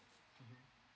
mmhmm